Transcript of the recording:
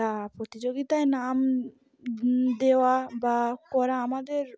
তা প্রতিযোগিতায় নাম দেওয়া বা করা আমাদের